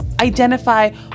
identify